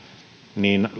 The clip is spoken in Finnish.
niin